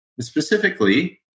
Specifically